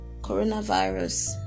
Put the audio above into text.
coronavirus